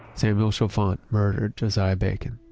samuel chalfant murdered josiah bacon